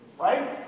Right